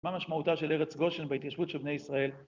מה משמעותה של ארץ גושן בהתיישבות של בני ישראל?